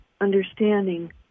understanding